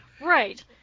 Right